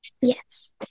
Yes